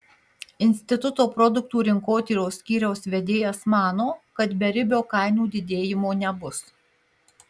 instituto produktų rinkotyros skyriaus vedėjas mano kad beribio kainų didėjimo nebus